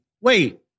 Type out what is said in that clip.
Wait